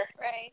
right